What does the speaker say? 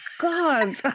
god